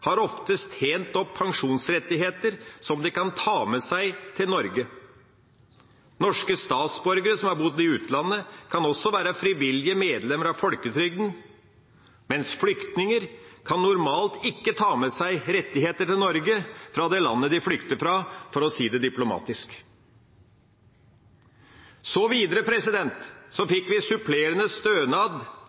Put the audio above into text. har ofte tjent opp pensjonsrettigheter som de kan ta med seg til Norge. Norske statsborgere som har bodd i utlandet, kan også være frivillige medlemmer av folketrygden, mens flyktninger kan normalt ikke ta med seg rettigheter til Norge fra det landet de flykter fra, for å si det diplomatisk. Videre fikk vi supplerende stønad